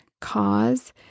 cause